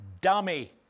dummy